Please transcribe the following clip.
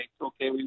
okay